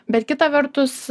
bet kita vertus